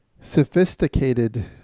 sophisticated